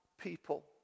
people